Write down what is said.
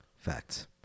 Facts